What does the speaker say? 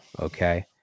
okay